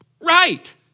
right